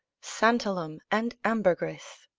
santalum, and ambergris.